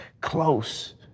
close